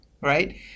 right